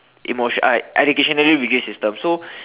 emotion uh educationally rigid system so